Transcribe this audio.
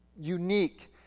unique